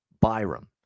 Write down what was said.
Byram